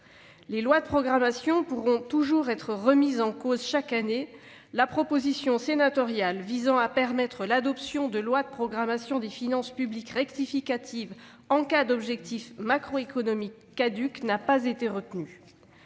Les lois de programmation pourront toujours être remises en cause chaque année, la proposition sénatoriale visant à permettre l'adoption de lois de programmation des finances publiques rectificatives en cas d'objectifs macroéconomiques caducs n'ayant pas été retenue.